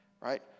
right